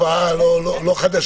זאת תופעה לא חדשה,